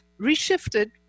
reshifted